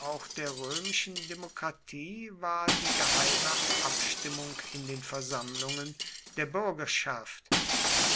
auch der römischen demokratie war die geheime abstimmung in den versammlungen der bürgerschaft